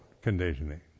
conditioning